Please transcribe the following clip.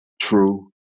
true